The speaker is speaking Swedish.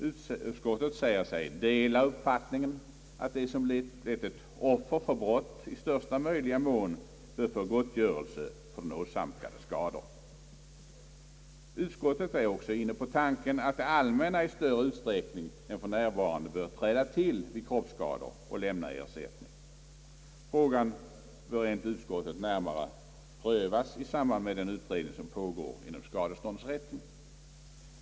Utskottet säger sig dela uppfattningen att de som blivit offer för brott i största möjliga mån bör få ersättning för dem åsamkade skador. Utskottet är också inne på tanken att det allmänna i större utsträckning än för närvarande bör träda till vid kroppsskador och lämna ersättning. Frågan bör enligt utskottet närmare prövas i samband med den utredning som pågår inom skadeståndsrätten.